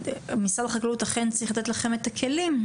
משרד החקלאות אכן צריך לתת לכם את הכלים,